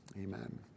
Amen